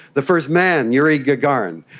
the first man, yuri gagarin.